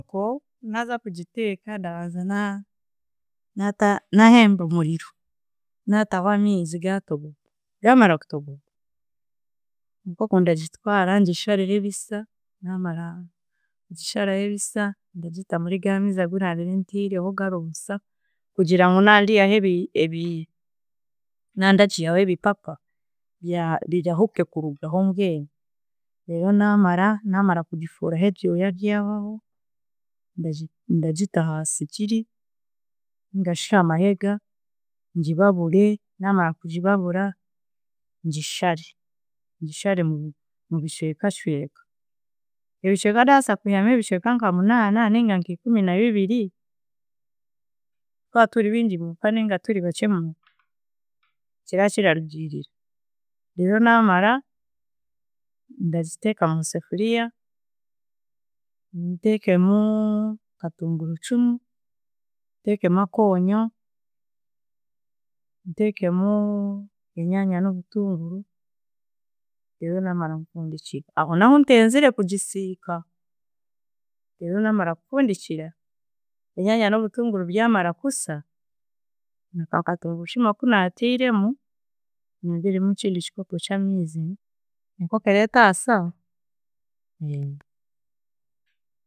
Enkoko naaza kugiteeka ndabanza na- naata naahemba omuriro nataho amiizi gatogota, gamara kutogota, enkoko ndagitwara ngishareho ebisa, naamara kugisharaho ebisa ndagita mugaamiizi gunantireho garoosa kugira ngu naagihaho ebi- ebi- nandagiihaho ebipapa bya- birahuke kurugaho mbwenu. Reero naamara, naamara kugifuraho ebyoya byahwaho ndagita ndagita aha sigiri ningashi hamahega ngibabure naamara kugibabura ngishaare, ngishaare mubicwekacweka, ebicweka ndabasa kwihamu ebicweka nkamunaana ninga nk'ikumi nabibiri twa turi bingi muuka ninga turibakye muuka, kira kirarugiirira, reero naamara ndagiteeka museefuriya ntekemu katungurucumu, nteekemu akoonyo, nteekemu enyaanya n’obutunguru reero naamara nfundikire, aho n'ahuntenzire kugisiika, reero naamara kufundikira, enyaanya n’obutunguru byamaara kusa, kakatungurucumu aku naatiiremu nyongyeremu ekindi kikopo ky'amiizi, enkoko eraba etaasa?